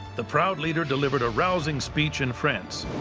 the proud leader delivered a rousing speech in france,